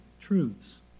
truths